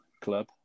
Club